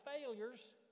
failures